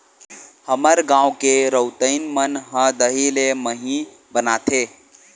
हमर गांव के रउतइन मन ह दही ले मही बनाथे